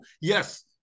Yes